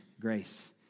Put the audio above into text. grace